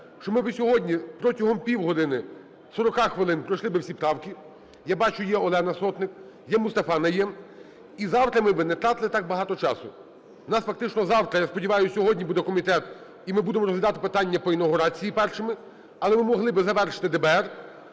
щоб ми сьогодні протягом півгодини - 40 хвилин пройшли б всі правки. Я бачу, що є Олена Сотник, Мустафа Найєм. І завтра ми б не тратили так багато часу. У нас фактично завтра, я сподіваюся, сьогодні буде комітет, і ми будемо розглядати питання по інавгурації першими, але ми могли б завершити ДБР,